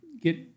get